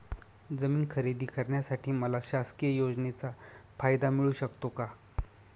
जमीन खरेदी करण्यासाठी मला शासकीय योजनेचा फायदा मिळू शकतो का?